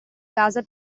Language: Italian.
casa